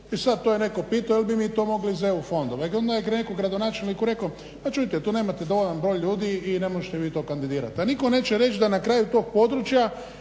i sad to je netko pitao jel' bi mi to mogli iz EU fondova. I onda je netko gradonačelniku rekao pa čujte tu nemate dovoljan broj ljudi i ne možete vi to kandidirati, a nitko neće reć da na kraju tog područja